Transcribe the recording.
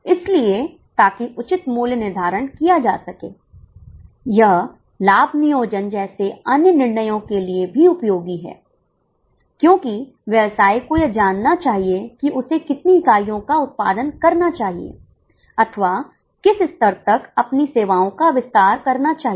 इसलिए ताकि उचित मूल्य निर्धारण किया जा सके यह लाभ नियोजन जैसे अन्य निर्णयों के लिए भी उपयोगी है क्योंकि व्यवसाय को यह जानना चाहिए कि उसे कितनी इकाइयों का उत्पादन करना चाहिए अथवा किस स्तर तक अपनी सेवाओं का विस्तार करना चाहिए